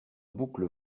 boucles